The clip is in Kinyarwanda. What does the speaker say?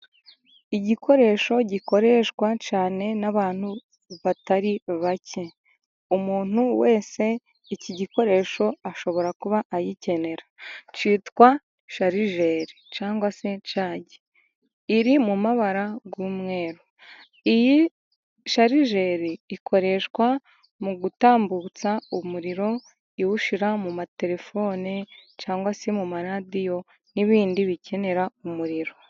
Igikoresho gikoreshwa cyane n'abantu batari bake, umuntu wese iki gikoresho ashobora kuba agikenera cyitwa sharijeri cyangwa se cati iri mu mabara y'umweru iyi sharijeri ikoreshwa mu gutambutsa umuriro iwushira mu materefone cyangwa se mu maradiyo n'ibindi bikenera umuriro.